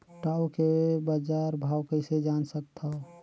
टाऊ के बजार भाव कइसे जान सकथव?